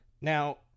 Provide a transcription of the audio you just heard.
Now